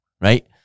right